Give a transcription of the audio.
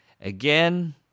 Again